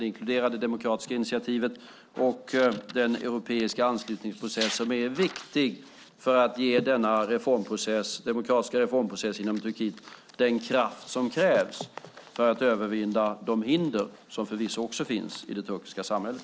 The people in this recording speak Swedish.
Det inkluderar det demokratiska initiativet och den europeiska anslutningsprocess som är viktig för att ge denna demokratiska reformprocess inom Turkiet den kraft som krävs för att övervinna de hinder som förvisso också finns i det turkiska samhället.